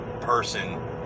person